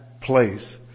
place